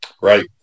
Right